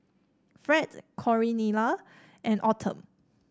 Fred Cornelia and Autumn